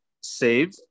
save